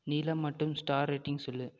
நீளம் மற்றும் star rating சொல்